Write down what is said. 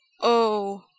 Oh